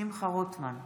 שמחה רוטמן,